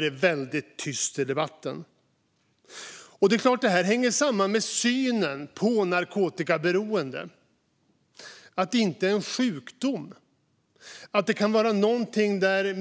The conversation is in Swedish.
det väldigt tyst i debatten. Det är klart att detta hänger samman med synen på narkotikaberoende. Man menar att det inte är en sjukdom.